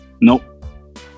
Nope